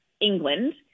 England